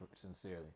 sincerely